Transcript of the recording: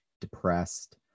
depressed